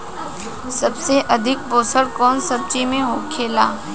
सबसे अधिक पोषण कवन सब्जी में होखेला?